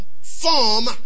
form